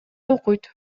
окуйт